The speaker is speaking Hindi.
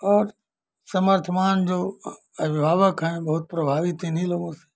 और समर्थवान जो अभिभावक हैं बहुत प्रभावित इन्हीं लोगों से